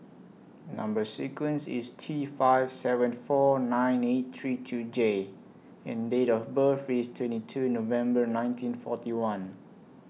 Number sequence IS T five seven four nine eight three two J and Date of birth IS twenty two November nineteen forty one